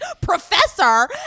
professor